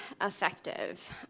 effective